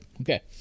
Okay